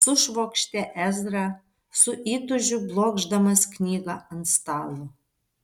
sušvokštė ezra su įtūžiu blokšdamas knygą ant stalo